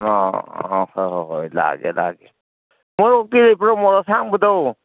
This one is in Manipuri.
ꯑꯣ ꯍꯣꯏ ꯍꯣꯏ ꯍꯣꯏ ꯂꯥꯛꯑꯒꯦ ꯂꯥꯛꯑꯒꯦ ꯃꯣꯔꯣꯛꯇꯤ ꯂꯩꯕ꯭ꯔꯣ ꯃꯣꯔꯣꯛ ꯑꯁꯥꯡꯕꯗꯣ